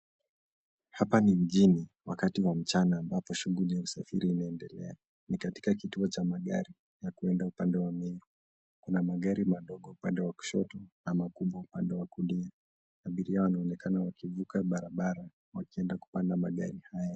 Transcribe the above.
Hapa ni mjini wakati wa mchana, ambapo shughuli ya usafiri zinaendelea. Ni katika kituo cha magari za kuenda upande wa Meru, kuna magari madogo upande wa kushoto na makubwa upande wa kulia. Abiria wanaonekana wakivuka barabara wakienda kupanda magari haya.